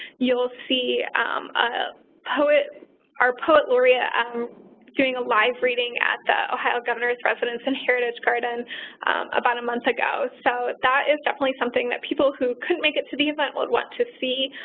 you'll see our ah poet our poet laureate doing a live reading at the ohio governor's residence and heritage garden about a month ago. so, that is definitely something that people who couldn't make it to the event would want to see.